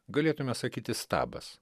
galėtume sakyti stabas